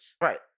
Right